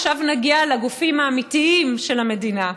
עכשיו נגיע לגופים האמיתיים של המדינה,